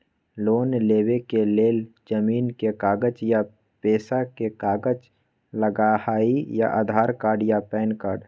Loan लेवेके लेल जमीन के कागज या पेशा के कागज लगहई या आधार कार्ड या पेन कार्ड?